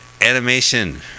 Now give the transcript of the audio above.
animation